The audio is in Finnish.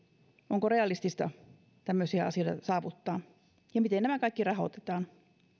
onko realistista tämmöisiä asioita saavuttaa ja miten nämä kaikki rahoitetaan